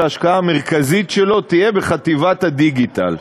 ההשקעה המרכזית שלו תהיה בחטיבת הדיגיטל.